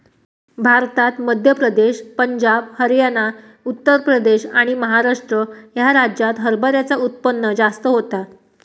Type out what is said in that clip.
भारतात मध्य प्रदेश, पंजाब, हरयाना, उत्तर प्रदेश आणि महाराष्ट्र ह्या राज्यांत हरभऱ्याचा उत्पन्न जास्त होता